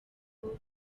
kuko